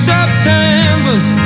September's